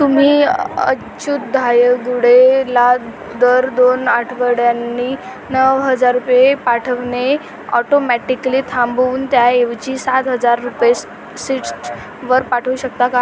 तुम्ही अच्युत धायगुडेला दर दोन आठवड्यांनी नऊ हजार रुपये पाठवणे ऑटोमॅटिकली थांबवून त्याऐवजी सात हजार रुपये सीट्सवर पाठवू शकता का